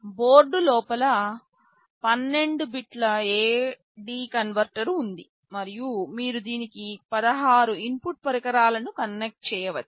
board లోపల 12 bit A D converter ఉంది మరియు మీరు దీనికి 16 ఇన్పుట్ పరికరాలను కనెక్ట్ చేయవచ్చు